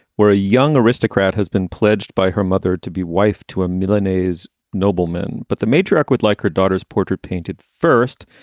where a young aristocrat has been pledged by her mother to be wife to a milanese nobleman. but the matriarch would like her daughter's portrait painted first.